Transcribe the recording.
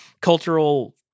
cultural